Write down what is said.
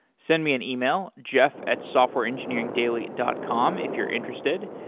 send me an email, jeff at softwareengineeringdaily dot com if you're interested.